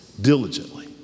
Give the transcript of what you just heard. Diligently